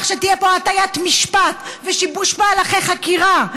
שתהיה פה הטיית משפט ושיבוש מהלכי חקירה.